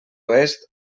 oest